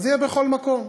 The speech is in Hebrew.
אז תהיה בכל מקום.